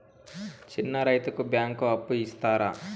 చిన్న రైతుకు బ్యాంకు అప్పు ఇస్తారా?